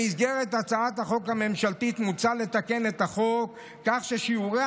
במסגרת הצעת החוק הממשלתית מוצע לתקן את החוק כך ששיעורי